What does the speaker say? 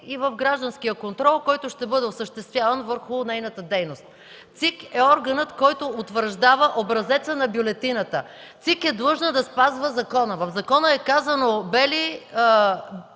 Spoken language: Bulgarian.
и в гражданския контрол, който ще бъде осъществяван върху нейната дейност. ЦИК е органът, който утвърждава образеца на бюлетината. ЦИК е длъжна да спазва закона. В закона е казано: „бели